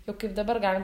jau kaip dabar galim